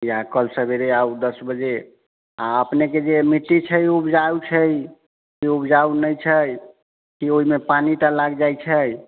या कल सबेरे आउ दस बजे आओर अपनेके जे मिट्टी छै ओ उपजाउ छै कि उपजाउ नहि छै कि ओइमे पानि टा लागि जाइ छै